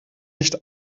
nicht